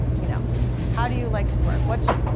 you know how do you like to work? what's